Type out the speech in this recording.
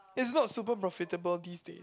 it's not super profitable these days